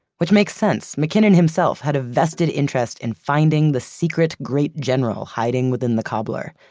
which makes sense. mackinnon himself had a vested interest in finding the secret great general hiding within the cobbler.